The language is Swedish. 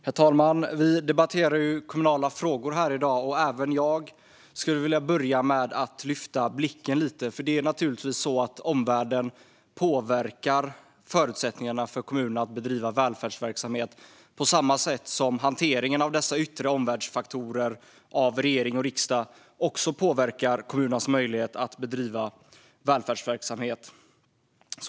Herr talman! Vi debatterar i dag kommunala frågor. Även jag vill börja med att lyfta blicken lite eftersom omvärlden påverkar kommunernas förutsättningar för att bedriva välfärdsverksamhet. Även regeringens och riksdagens hantering av dessa yttre omvärldsfaktorer påverkar kommunernas möjligheter att bedriva välfärdsverksamhet.